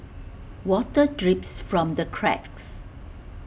water drips from the cracks